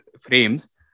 frames